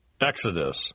Exodus